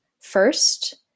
first